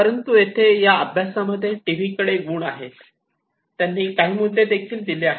परंतु येथे या अभ्यासामध्ये टीव्हीकडे गुण आहेत त्यांनी काही मुद्दे देखील दिले आहेत